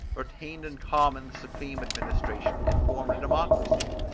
retained in common the supreme administration, and formed a democracy.